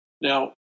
Now